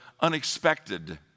unexpected